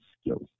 skills